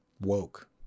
woke